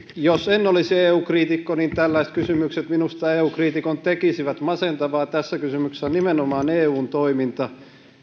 jos en olisi eu kriitikko niin tällaiset kysymykset minusta eu kriitikon tekisivät masentavaa tässä kysymyksessä on nimenomaan eun toiminta